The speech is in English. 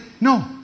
no